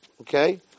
Okay